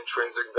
intrinsic